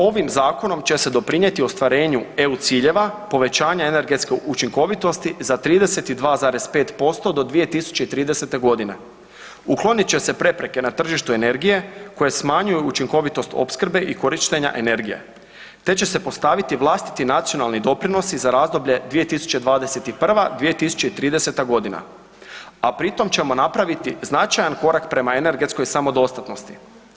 Ovim zakonom će se doprinijeti ostvarenju EU ciljeva povećanja energetske učinkovitosti za 32,5% do 2030.g., uklonit će se prepreke na tržištu energije koje smanjuju učinkovitost opskrbe i korištenja energije, te će se postaviti vlastiti nacionalni doprinosi za razdoblje 2021.-2030.g., a pri tom ćemo napraviti značajan korak prema energetskoj samodostatnosti.